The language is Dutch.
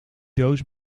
doos